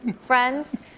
friends